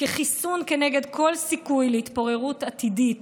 כחיסון כנגד כל סיכוי להתפוררות עתידית